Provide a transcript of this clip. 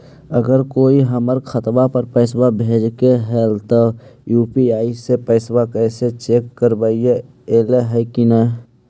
अगर कोइ हमर खाता पर पैसा भेजलके हे त यु.पी.आई से पैसबा कैसे चेक करबइ ऐले हे कि न?